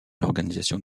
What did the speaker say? l’organisation